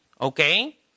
okay